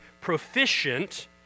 proficient